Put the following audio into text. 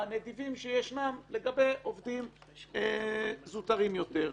הנדיבים שישנם לגבי עובדים זוטרים יותר.